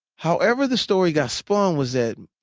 however the story got spun was that